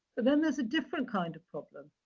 but then there's a different kind of problem.